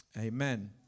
amen